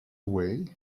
away